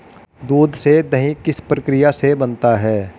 दूध से दही किस प्रक्रिया से बनता है?